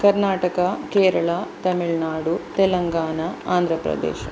Karnataka Kerala Tamil Nadu Telangana Andhra Pradesh